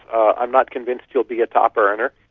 i'm not convinced you'll be a top earner.